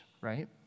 right